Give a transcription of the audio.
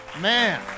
Man